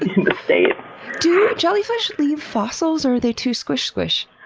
in the state. do jellyfish leave fossils or are they too squish-squish?